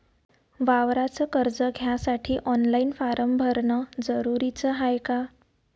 वावराच कर्ज घ्यासाठी ऑनलाईन फारम भरन जरुरीच हाय का?